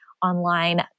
online